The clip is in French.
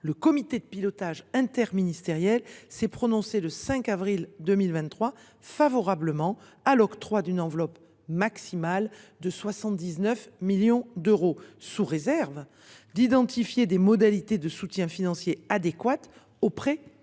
Le comité de pilotage interministériel s’est prononcé le 5 avril 2023 en faveur de l’attribution d’une enveloppe maximale de 79 millions d’euros, sous réserve de l’identification de modalités de soutien financier adéquates auprès de la Commission européenne.